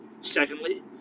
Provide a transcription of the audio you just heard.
Secondly